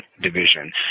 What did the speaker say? Division